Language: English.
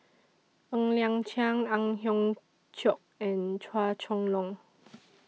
Ng Liang Chiang Ang Hiong Chiok and Chua Chong Long